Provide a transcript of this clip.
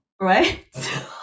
right